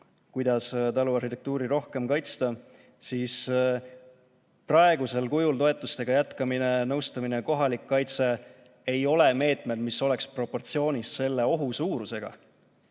kuidas taluarhitektuuri rohkem kaitsta, siis praegusel kujul toetustega jätkamine, nõustamine ja kohalik kaitse ei ole meetmed, mis oleks proportsioonis selle ohu suurusega.